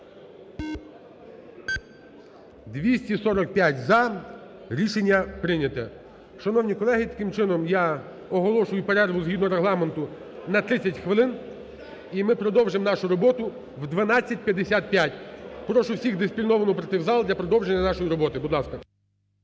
За-245 Рішення прийнято. Шановні колеги, таким чином, я оголошую перерву згідно Регламенту на 30 хвилин, і ми продовжимо нашу роботу о 12:55. Прошу всіх дисципліновано прийти в зал для продовження нашої роботи. Будь ласка.